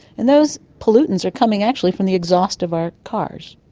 and those pollutants are coming actually from the exhaust of our cars.